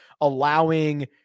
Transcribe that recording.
allowing